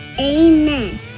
Amen